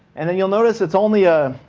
and then you'll notice it's only a